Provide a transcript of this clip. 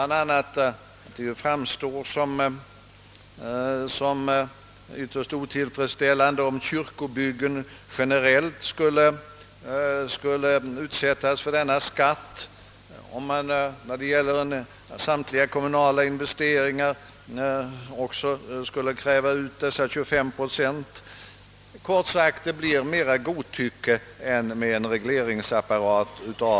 a. kommer det nog att framhållas att det är ytterst otillfredsställande, om kyrkobyggen generellt skulle utsättas för denna skatt liksom om det vid samtliga kommunala investeringar skulle utkrävas dessa 25 procent. Det blir, kort sagt, ännu mer godtycke med dessa schablonmetoder än med en regleringsapparat.